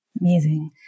Amazing